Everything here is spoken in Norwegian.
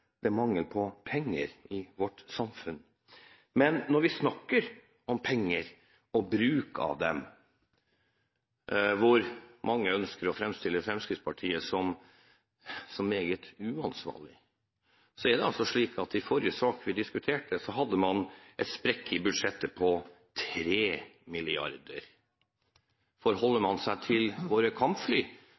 det er mangel på penger i vårt samfunn. Men når vi snakker om penger og bruken av dem – og mange ønsker å framstille Fremskrittspartiet som meget uansvarlig – så er det altså slik at i forrige sak vi diskuterte, hadde man en sprekk i budsjettet på 3 mrd. kr. Forholder man seg til våre kampfly,